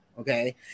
Okay